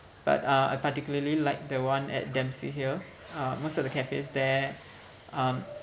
but uh I particularly like the one at dempsey hill uh most of the cafes there um